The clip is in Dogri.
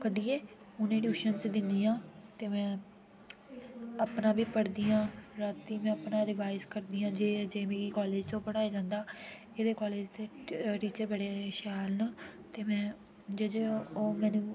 कड्डियै उनेंगी ट्यूशनस दिन्नी आं ते में अपना बी पढ़दी आं रातीं मैं अपना बी रिवाइज करदी आं जे जे मिगी कालेज चों पढाए जंदा एह्दे कालेज दे टी टीचर बड़े शैल ने ते में जे जे ओह् मैनू